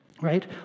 Right